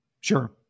Sure